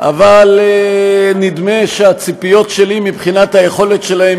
אבל נדמה שהציפיות שלי מבחינת היכולת שלהן